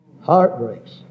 Heartbreaks